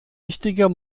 wichtiger